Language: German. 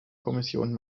kommission